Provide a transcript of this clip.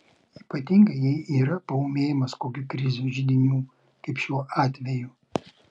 ypatingai jei yra paūmėjimas kokių krizių židinių kaip šiuo atveju